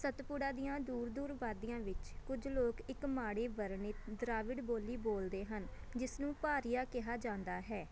ਸਤਪੁੜਾ ਦੀਆਂ ਦੂਰ ਦੂਰ ਵਾਦੀਆਂ ਵਿੱਚ ਕੁਝ ਲੋਕ ਇੱਕ ਮਾੜੇ ਵਰਣਿਤ ਦ੍ਰਾਵਿੜ ਬੋਲੀ ਬੋਲਦੇ ਹਨ ਜਿਸ ਨੂੰ ਭਾਰੀਆ ਕਿਹਾ ਜਾਂਦਾ ਹੈ